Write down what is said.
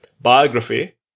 biography